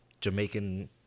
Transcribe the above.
Jamaican